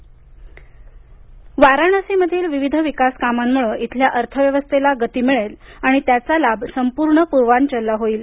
पंतप्रधान वाराणसीमधील विविध विकासकामांमुळे इथल्या अर्थव्यवस्थेला गती मिळेल आणि त्याचा लाभ संपूर्ण पूर्वांचलला होईल